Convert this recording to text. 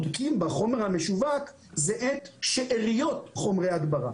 בחומר המשווק אין שאריות חומרי הדברה.